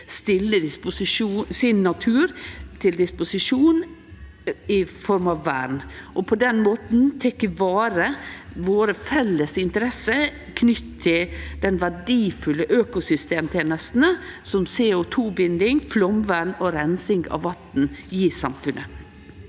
stiller naturen sin til disposisjon i form av vern og på den måten tek vare på våre felles interesser knytt til dei verdifulle økosystemtenestene som CO2-binding, flaumvern og reinsing av vatn i samfunnet.